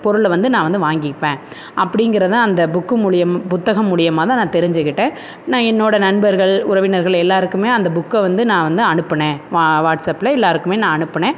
பொருளை வந்து நான் வந்து வாங்கிப்பேன் அப்படிங்கிறத அந்த புக்கு மூலயம் புத்தகம் மூலயமா தான் நான் தெரிஞ்சுக்கிட்டேன் நான் என்னோடய நண்பர்கள் உறவினர்கள் எல்லோருக்குமே அந்த புக்கை வந்து நான் வந்து அனுப்பினேன் வா வாட்ஸ்அப்பில் எல்லோருக்குமே நான் அனுப்பினேன்